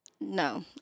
No